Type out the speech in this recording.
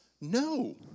no